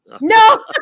No